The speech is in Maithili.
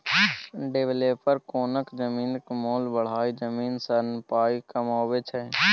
डेबलपर कोनो जमीनक मोल बढ़ाए जमीन सँ पाइ कमाबै छै